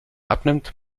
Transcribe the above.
abnimmt